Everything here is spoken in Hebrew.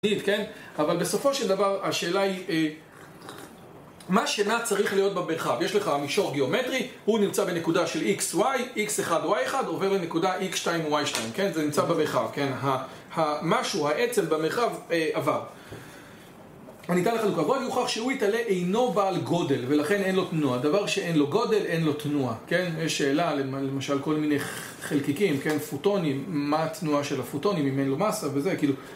אבל בסופו של דבר, השאלה היא מה שנע צריך להיות במרחב; יש לך מישור גיאומטרי הוא נמצא בנקודה של xy, x1 y1 עובר לנקודה x2 y2, כן? זה נמצא במרחב, כן? ה...המשהו, העצם, במרחב עבר. אני אתן לכם דוגמא, בואי אני אוכיח שהוא יתעלה אינו בעל גודל ולכן אין לו תנועה, דבר שאין לו גודל אין לו תנועה, כן? יש שאלה למשל, כל מיני חלקיקים, כן? פוטונים, מה התנועה של הפוטונים אם אין לו מסה וזה, כאילו...